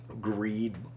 greed